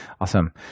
Awesome